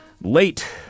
late